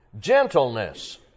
Gentleness